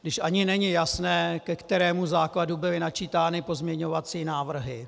Když ani není jasné, ke kterému základu byly načítány pozměňovací návrhy.